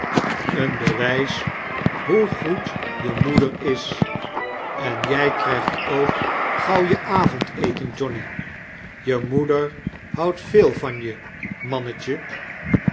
een bewijs hoe goed je moeder is bu j ij krijgt ook gauw je avondeten johnny je moeder houdt veel van je mannetje